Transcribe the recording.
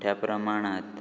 मोठ्ठ्या प्रमाणांत